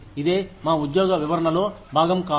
ఇదే మా ఉద్యోగ వివరణలో భాగం కాదు